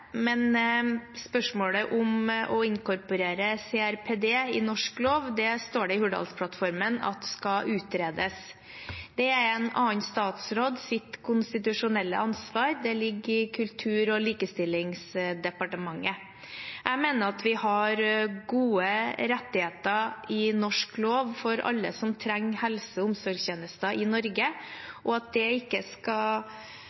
men spørsmålet om å inkorporere CRPD i norsk lov står det i Hurdalsplattformen at skal utredes. Det er en annen statsråds konstitusjonelle ansvar, det ligger i Kultur- og likestillingsdepartementet. Jeg mener at vi har gode rettigheter i norsk lov for alle som trenger helse- og omsorgstjenester i